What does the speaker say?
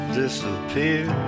disappear